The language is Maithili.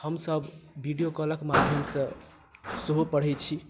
हमसब वीडियो कॉल क माध्यमसँ सेहो पढै छी